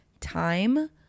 time